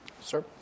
Sir